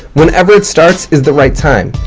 whenever it starts is the right time.